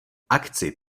akci